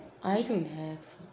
I don't have